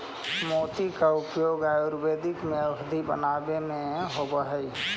मोती का उपयोग आयुर्वेद में औषधि बनावे में होवअ हई